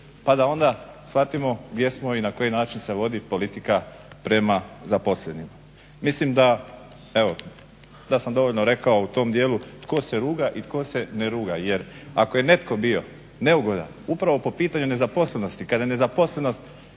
Pa da onda shvatimo gdje smo i na koji način se vodi politika prema zaposlenima. Mislim da, evo da sam dovoljno rekao u tom dijelu, tko se ruga i tko se ne ruga. Jer ako je netko bio neugodan upravo po pitanju nezaposlenosti, kada je nezaposlenost